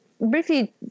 briefly